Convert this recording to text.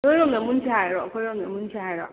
ꯅꯣꯏꯔꯣꯝꯗ ꯃꯨꯟꯁꯦ ꯍꯥꯏꯔꯣ ꯑꯩꯈꯣꯏꯔꯣꯝꯗ ꯃꯨꯟꯁꯦ ꯍꯥꯏꯔꯣ